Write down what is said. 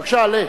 בבקשה, עלה.